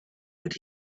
would